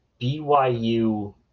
byu